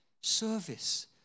Service